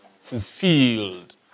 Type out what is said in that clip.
fulfilled